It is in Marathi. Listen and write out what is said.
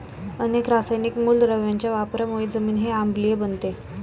अनेक रासायनिक मूलद्रव्यांच्या वापरामुळे जमीनही आम्लीय बनते